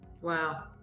wow